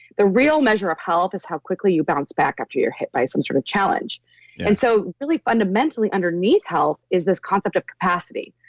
the real measure of health is how quickly you bounce back up to your hit by some sort of challenge and so really fundamentally underneath health is this concept of capacity.